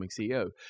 CEO